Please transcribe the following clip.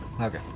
Okay